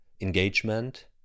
engagement